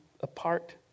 apart